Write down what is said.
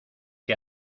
que